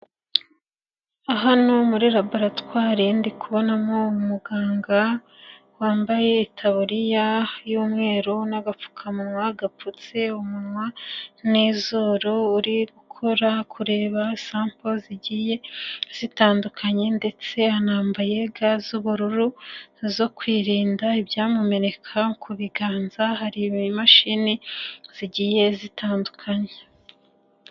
Hano muri laboratwari ndi kubonamo umuganga wambaye itaburiya y'umweru n'agapfukamunwa gapfutse umunwa n'izuru, uri gukora kureba sampo zigiye zitandukanye ndetse anambaye ga z'ubururu zo kwirinda ibyamumeneka ku biganza, hari imashini zigiye zitandukanye.